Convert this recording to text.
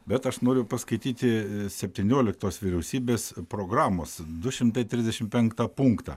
bet aš noriu paskaityti ee septynioliktos vyriausybės programos du šimtai trisdešimt penktą punktą